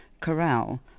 corral